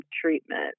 treatment